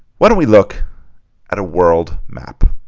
why don't we look at a world map?